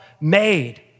made